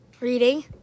Reading